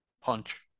Punch